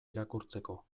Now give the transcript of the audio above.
irakurtzeko